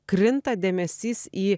krinta dėmesys į